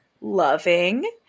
loving